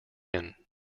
inn